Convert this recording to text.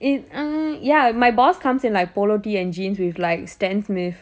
it um ya my boss comes in like polo tee's and jeans with like Stan Smith